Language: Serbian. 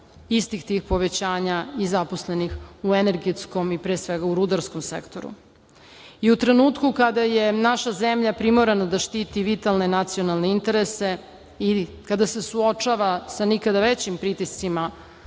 istih tih povećanja i zaposlenih u energetskom i pre svega u rudarskom sektoru.U trenutku kada je naša zemlja primorana da štiti vitalne nacionalne interese i kada se suočava sa nikada većim pritiscima